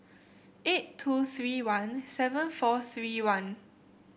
eight two three one seven four three one